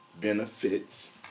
benefits